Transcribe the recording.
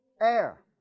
air